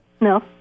No